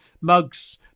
mugs